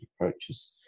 approaches